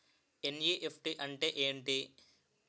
NEFT అంటే ఎంటి?